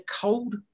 cold